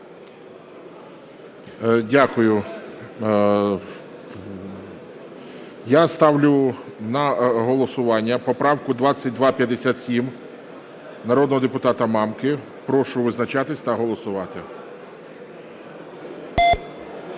Дякую. Я ставлю на голосування поправку 2257 народного депутата Мамки. Прошу визначатися та голосувати.